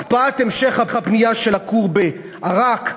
הקפאת המשך הבנייה של הכור באראכ,